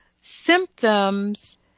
symptoms